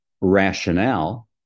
rationale